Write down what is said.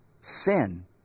Sin